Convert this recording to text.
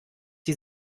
die